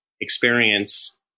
experience